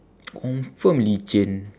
confirm licin